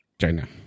China